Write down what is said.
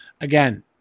again